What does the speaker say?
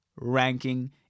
ranking